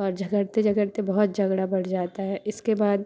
और झगड़ते झगड़ते बहुत झगड़ा बढ़ जाता है इसके बाद